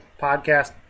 Podcast